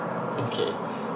okay